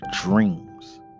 dreams